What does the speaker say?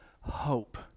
hope